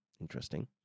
Interesting